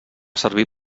servir